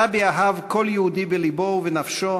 הרבי אהב כל יהודי בלבו ובנפשו,